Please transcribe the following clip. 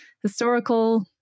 historical